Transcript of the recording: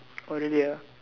oh really ah